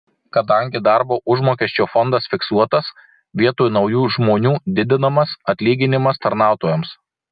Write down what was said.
kadangi darbo užmokesčio fondas fiksuotas vietoj naujų žmonių didinamas atlyginimas tarnautojams